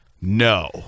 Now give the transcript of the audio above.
No